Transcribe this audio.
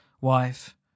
wife